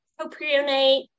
propionate